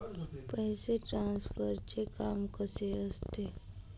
पैसे ट्रान्सफरचे काम कसे होत असते?